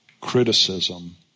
criticism